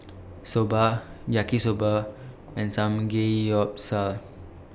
Soba Yaki Soba and Samgeyopsal